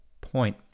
point